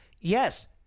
Yes